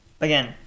again